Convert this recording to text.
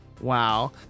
wow